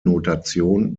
notation